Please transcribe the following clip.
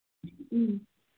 ꯎꯝ